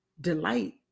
delight